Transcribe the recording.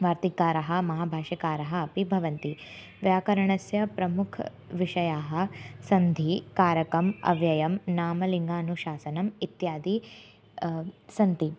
वार्तिककारः महाभाष्यकारः अपि भवन्ति व्याकरणस्य प्रमुखविषयाः सन्धिः कारकम् अव्ययं नामलिङ्गानुशासनम् इत्यादयः सन्ति